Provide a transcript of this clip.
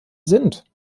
sind